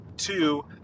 Two